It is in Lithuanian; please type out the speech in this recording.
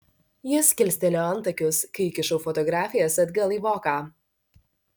jis kilstelėjo antakius kai įkišau fotografijas atgal į voką